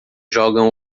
jogam